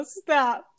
stop